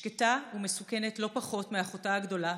שקטה ומסוכנת לא פחות מאחותה הגדולה,